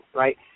right